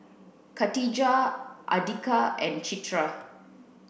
Katijah Andika and Citra